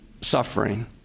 suffering